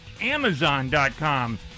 Amazon.com